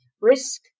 risk